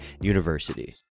university